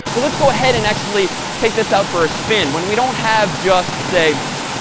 well, let's go ahead and actually take this out for a spin. when we don't have just, say,